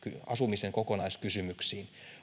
asumisen kokonaiskysymyksiin